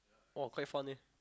!wah! quite fun leh